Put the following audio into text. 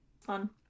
fun